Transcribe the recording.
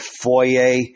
foyer